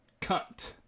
cunt